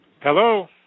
Hello